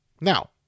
Now